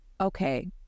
Okay